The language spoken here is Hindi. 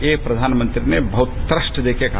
ये प्रधानमंत्री ने बहुत ही तृष्ट देकर कहा